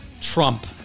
Trump